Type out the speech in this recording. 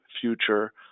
future